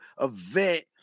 event